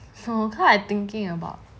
so I thinking about